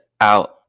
out